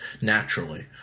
naturally